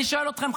אני שואל אתכם,